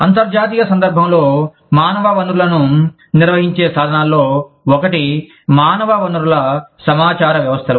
అంతర్జాతీయ సందర్భంలో మానవ వనరులను నిర్వహించే సాధనాల్లో ఒకటి మానవ వనరుల సమాచార వ్యవస్థలు